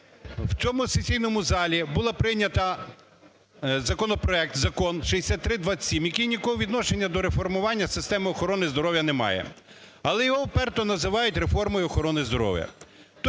В цьому сесійному залі було прийнято законопроект, закон 6327, який ніякого відношення до реформування системи охорони здоров'я не має. Але його уперто називають реформою охорони здоров'я.